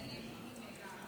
אדוני היושב-ראש,